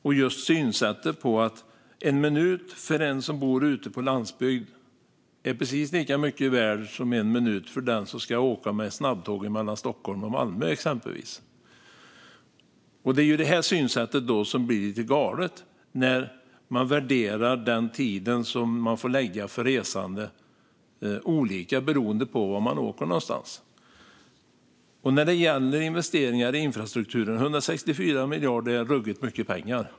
En minut är precis lika mycket värd för den som bor ute på landsbygden som för den som exempelvis ska åka med snabbtåget mellan Stockholm och Malmö. Det blir ett lite galet synsätt när man värderar den tid som resande får lägga olika beroende på var de åker. När det gäller investeringar i infrastrukturen: 164 miljarder är ruggigt mycket pengar.